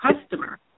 customer